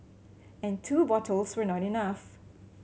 and two bottles were not enough